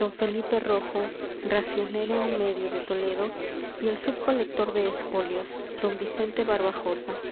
d felipe rojo racionero medio de toledo y el sub colector de espolios d vicente barbajosa